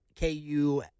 KU